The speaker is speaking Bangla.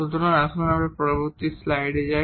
সুতরাং আসুন আমরা এখানে পরবর্তী স্লাইডে যাই